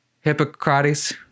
Hippocrates